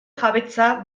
jabetza